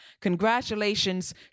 Congratulations